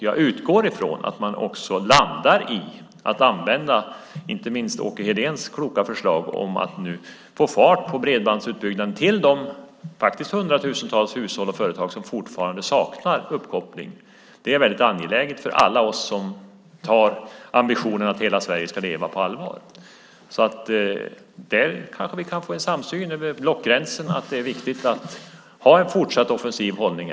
Jag utgår ifrån att man också landar i att använda inte minst Åke Hedéns kloka förslag om att nu få fart på bredbandsutbyggnaden till de faktiskt hundratusentals hushåll och företag som fortfarande saknar uppkoppling. Det är väldigt angeläget för alla oss som tar ambitionen att hela Sverige ska leva på allvar. Vi kanske kan få en samsyn över blockgränsen att det är viktigt att ha en fortsatt offensiv hållning.